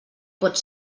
pot